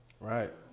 right